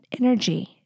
energy